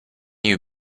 you